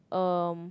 um